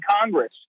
Congress